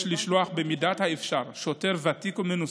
יש לשלוח במידת האפשר שוטר ותיק או מנוסה.